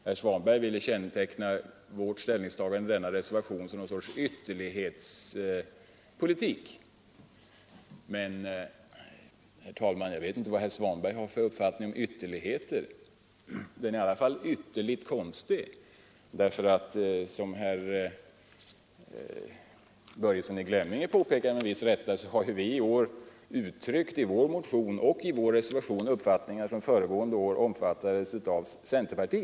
Herr Svanberg ville känneteckna vårt ställningstagande i denna reservation som något slags ytterlighetspolitik. Jag vet inte, herr talman, vilken uppfattning herr Svanberg har om ytterligheter. Den är i alla fall ytterligt konstig. Som herr Börjesson i Glömminge med viss rätt påpekade har vi i år i vår motion och i vår reservation uttryckt en uppfattning som föregående år omfattades av centerpartiet.